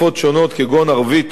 כגון ערבית או אמהרית,